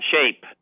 shape